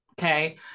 Okay